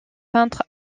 peintre